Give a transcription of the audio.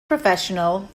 professional